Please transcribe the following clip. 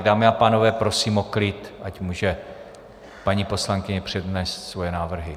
Dámy a pánové, prosím o klid, ať může paní poslankyně přednést svoje návrhy.